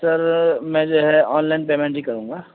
سر میں جو ہے آن لائن پیمنٹ ہی کروں گا